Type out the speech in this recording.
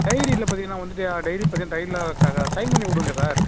டைரியில் பார்த்தீங்கன்னா வந்துவிட்டு டைரி பார்த்தீங்கன்னா டைரியில் சைன் பண்ணிக் கொடுங்க சார்